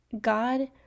God